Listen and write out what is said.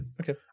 Okay